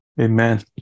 Amen